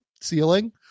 ceiling